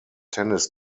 tennis